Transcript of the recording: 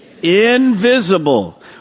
invisible